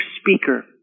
speaker